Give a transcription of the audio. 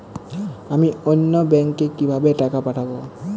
আমি অন্য ব্যাংকে কিভাবে টাকা পাঠাব?